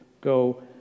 go